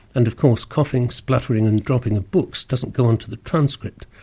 and of course coughing, spluttering and dropping of books doesn't go onto the transcript.